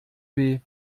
weh